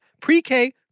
pre-K